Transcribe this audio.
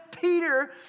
Peter